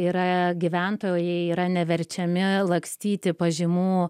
yra gyventojai yra neverčiami lakstyti pažymų